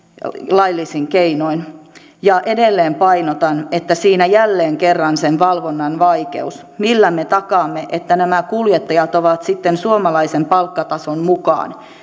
laillisin keinoin ja edelleen painotan että siinä jälleen kerran on sen valvonnan vaikeus millä me takaamme että nämä kuljettajat ovat sitten suomalaisen palkkatason mukaan